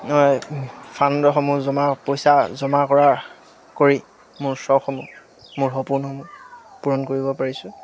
মই ফাণ্ডসমূহ জমা পইচা জমা কৰা কৰি মোৰ চখসমূহ মোৰ সপোনসমূহ পূৰণ কৰিব পাৰিছোঁ